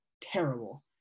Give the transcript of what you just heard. terrible